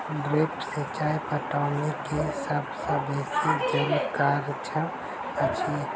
drip सिचाई पटौनी के सभ सॅ बेसी जल कार्यक्षम अछि